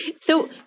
So-